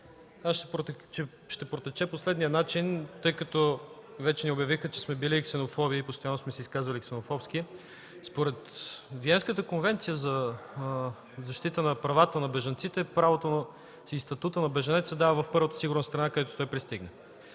ми ще протече по следния начин, тъй като вече ни обявиха, че сме били ксенофоби и постоянно сме се изказвали ксенофобски. Според Виенската конвенция за защита на правата на бежанците статутът на бежанец се дава в първата сигурна страна, където той пристигне.